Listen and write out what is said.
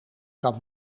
kan